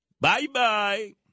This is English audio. Bye-bye